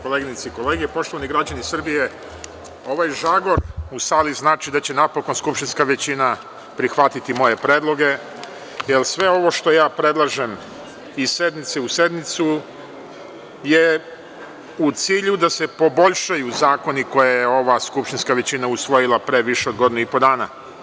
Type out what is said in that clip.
Koleginice i kolege, poštovani građani Srbije, ovaj žagor u sali znači da će napokon skupštinska većina prihvatiti moje predloge, jer sve ovo što ja predlažem iz sednice u sednicu je u cilju da se poboljšaju zakoni koje je ova skupštinska većina usvojila pre više od godinu dana.